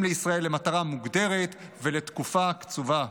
לישראל למטרה מוגדרת ולתקופה קצובה,